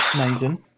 Amazing